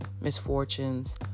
misfortunes